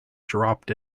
dropped